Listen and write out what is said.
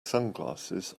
sunglasses